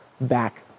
back